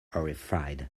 horrified